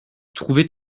trouvés